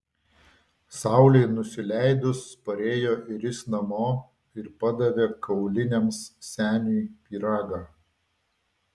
saulei nusileidus parėjo ir jis namo ir padavė kauliniams seniui pyragą